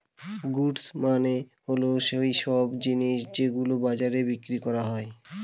goods মানে হল সৈইসব জিনিস যেগুলো বাজারে বিক্রি হয়